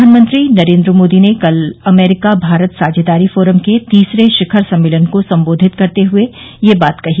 प्रधानमंत्री नरेन्द्र मोदी ने कल अमरीका भारत साझेदारी फोरम के तीसरे शिखर सम्मेलन को संबोधित करते हुए यह बात कही